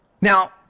Now